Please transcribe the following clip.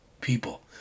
people